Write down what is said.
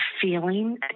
feeling